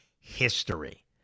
history